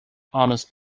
honest